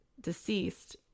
deceased